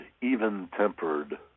even-tempered